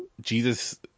Jesus